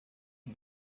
iki